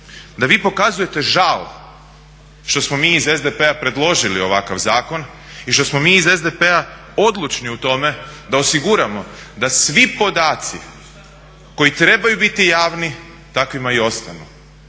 da vi pokazujete žal što smo mi iz SDP-a predložili ovakav zakon i što smo mi iz SDP-a odlučni u tome da osiguramo da svi podaci koji trebaju biti javni takvima i ostanu